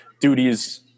duties